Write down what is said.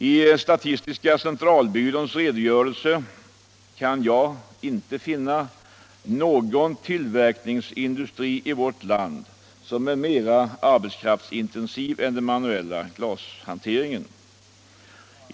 I statistiska centralbyråns redogörelse kan jag inte finna att någon tillverkningsindustri i vårt land är mer arbetskraftsintensiv än den manuella glashanteringen.